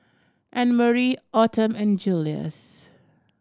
Annmarie Autumn and Julius